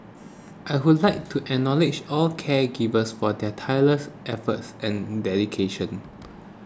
I would like to acknowledge all caregivers for their tireless efforts and dedication